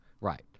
right